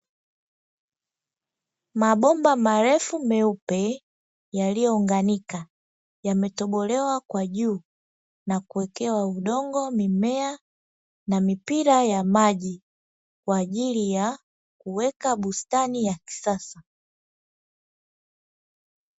Mabomba marefu meupe yaliyounganika, yametobolewa kwa juu na kuwekewa udongo, mimea na mipira ya maji. Kwa ajili ya kuweka bustani ya kisasa.